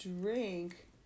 drink